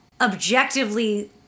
objectively